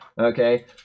Okay